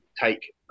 take